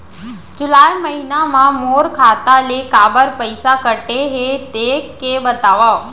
जुलाई महीना मा मोर खाता ले काबर पइसा कटे हे, देख के बतावव?